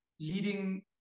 leading